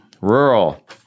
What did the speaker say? rural